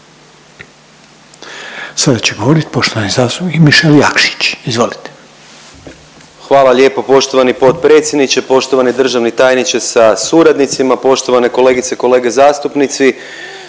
Sada će govorit poštovani zastupnik Mišel Jakšić, izvolite. **Jakšić, Mišel (SDP)** Hvala lijepo poštovani potpredsjedniče, poštovani državni tajniče sa suradnicima, poštovane kolegice i kolege zastupnici.